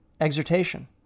Exhortation